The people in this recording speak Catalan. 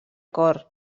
cor